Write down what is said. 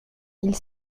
ils